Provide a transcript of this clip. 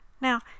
Now